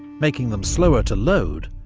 making them slower to load,